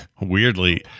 weirdly